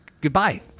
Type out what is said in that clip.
goodbye